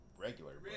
regular